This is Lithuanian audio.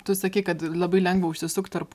tu sakei kad labai lengva užsisukt tarp